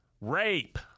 rape